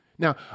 Now